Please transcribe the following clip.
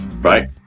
right